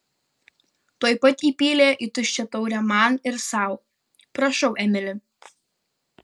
tuoj pat įpylė į tuščią taurę man ir sau prašau emili